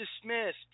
dismissed